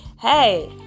hey